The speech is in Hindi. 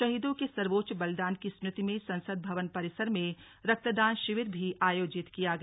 शहीदों के सर्वोच्चन बलिदान की स्मृति में संसद भवन परिसर में रक्तदान शिविर भी आयोजित किया गया